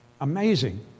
Amazing